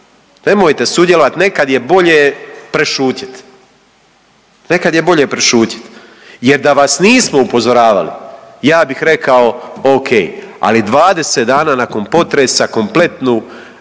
nemojte sudjelovati. Nemojte sudjelovati. Nekad je bolje prešutjeti, jer da vas nismo upozoravali ja bih rekao o.k. Ali 20 dana nakon potresa kompletne